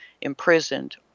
imprisoned